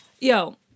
yo